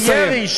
של ירי,